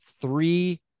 three